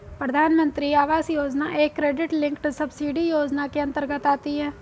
प्रधानमंत्री आवास योजना एक क्रेडिट लिंक्ड सब्सिडी योजना के अंतर्गत आती है